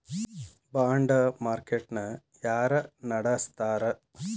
ಬಾಂಡ market ನ ಯಾರ ನಡಸ್ತಾರ?